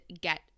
get